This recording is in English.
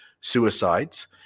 suicides